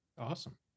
Awesome